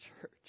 church